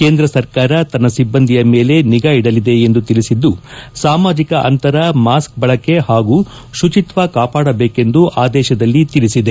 ಕೇಂದ್ರ ಸರ್ಕಾರ ತನ್ನ ಸಿಬ್ಬಂದಿಯ ಮೇಲೆ ನಿಗಾ ಇಡಲಿದೆ ಎಂದು ತಿಳಿಸಿದ್ದು ಸಾಮಾಜಿಕ ಅಂತರ ಮಾಸ್ಕ್ ಬಳಕೆ ಹಾಗೂ ಶುಚಿತ್ವ ಕಾಪಾಡಬೇಕೆಂದು ಆದೇಶದಲ್ಲಿ ತಿಳಿಸಿದೆ